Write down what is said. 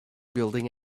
building